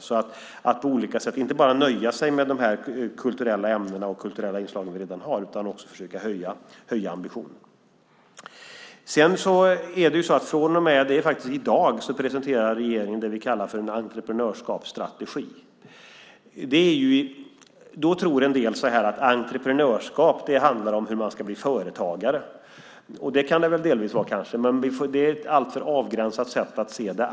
Det handlar om att på olika sätt inte bara nöja sig med de kulturella ämnen och kulturella inslag som vi redan har utan också att försöka höja ambitionen. Sedan presenterade regeringen faktiskt i dag det som vi kallar för en entreprenörskapsstrategi. En del tror att entreprenörskap handlar om hur man ska bli företagare. Det kan det kanske delvis göra, men det är ett alltför avgränsat sätt att se det.